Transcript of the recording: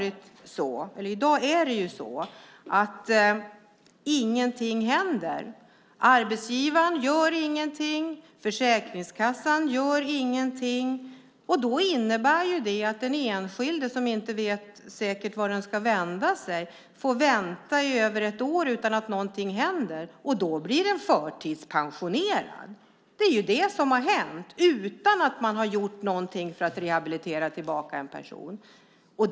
I dag är det så att ingenting händer. Arbetsgivaren gör ingenting, och Försäkringskassan gör ingenting. Det innebär att den enskilde som inte säkert vet vart den ska vända sig får vänta i över ett år utan att någonting händer, och då blir personen förtidspensionerad. Det är vad som har hänt, utan att man har gjort någonting för att rehabilitera en person för att den ska komma tillbaka.